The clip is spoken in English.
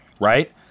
right